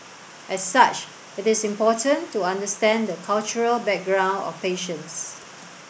as such it is important to understand the cultural background of patients